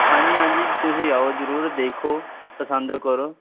ਹਾਂਜੀ ਹਾਂਜੀ ਤੁਸੀਂ ਆਓ ਜ਼ਰੂਰ ਦੇਖੋ ਪਸੰਦ ਕਰੋ